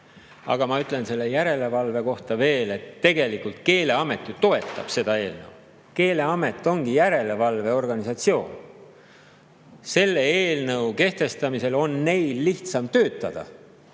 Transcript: Aga ma ütlen selle järelevalve kohta veel, et tegelikult Keeleamet ju toetab seda eelnõu. Keeleamet ongi järelevalveorganisatsioon. Selle eelnõu kehtestamisel on neil lihtsam töötada,